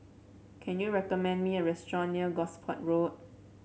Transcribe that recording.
can you recommend me a restaurant near Gosport Road